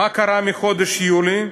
מה קרה מחודש יולי?